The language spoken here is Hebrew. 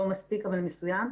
לא מספיק, אבל מסוים.